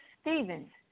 Stevens